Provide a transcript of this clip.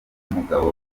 n’umugabo